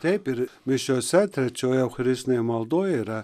taip ir mišiose trečioj eucharistinėj maldoj yra